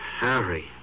Harry